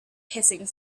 hissing